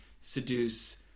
seduce